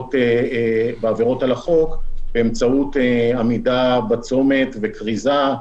בעבירות על החוק באמצעות עמידה בצומת וכריזה.